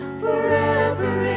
forever